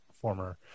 former